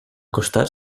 costat